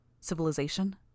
Civilization